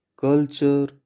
culture